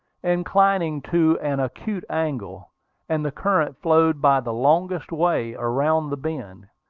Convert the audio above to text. inclining to an acute angle and the current flowed by the longest way around the bend.